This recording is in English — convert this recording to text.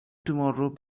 tomorrow